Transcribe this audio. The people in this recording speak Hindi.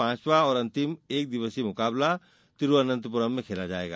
पांचवा और अंतिम एक दिवसीय मुकाबला को तिरूवनंतपुरम में खेला जायेगा